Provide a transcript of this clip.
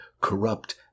corrupt